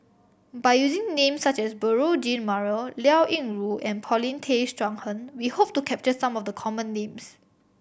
by using names such as Beurel Jean Marie Liao Yingru and Paulin Tay Straughan we hope to capture some of the common names